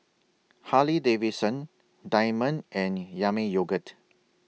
Harley Davidson Diamond and Yami Yogurt